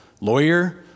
lawyer